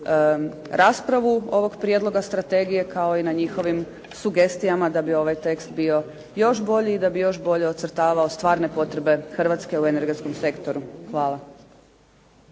raspravu ovog Prijedloga strategije kao i na njihovim sugestijama da bi ovaj tekst bio još bolji i da bi još bolje ocrtavao stvarne potrebe Hrvatske u energetskom sektoru. Hvala.